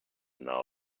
know